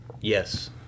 Yes